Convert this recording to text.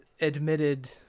admitted